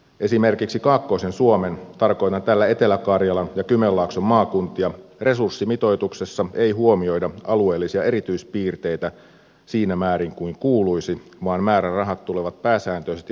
esimerkiksi kaakkoisen suomen tarkoitan tällä etelä karjalan ja kymenlaakson maakuntia resurssimitoituksessa ei huomioida alueellisia erityispiirteitä siinä määrin kuin kuuluisi vaan määrärahat tulevat pääsääntöisesti väestöpohjan perusteella